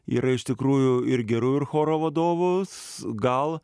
yra iš tikrųjų ir gerų ir choro vadovus gal